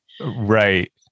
Right